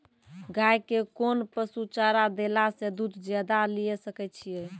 गाय के कोंन पसुचारा देला से दूध ज्यादा लिये सकय छियै?